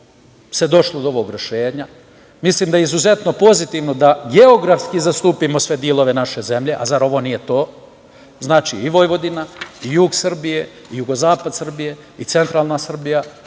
se došlo do ovog rešenja. Mislim da je izuzetno pozitivno da geografski zastupimo sve delove naše zemlje, a zar ovo nije to. Znači, i Vojvodina i jug Srbije, jugozapad Srbije i centralna Srbija